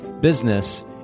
business